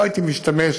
לא הייתי משתמש,